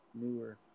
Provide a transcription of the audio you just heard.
newer